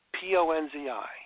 P-O-N-Z-I